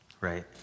right